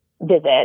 visit